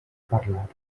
parlar